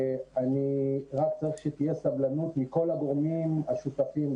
רק שתהיה סבלנות מכל הגורמים השותפים,